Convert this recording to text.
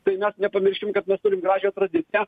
tai mes nepamirškim kad mes turim gražią tradiciją